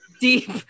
deep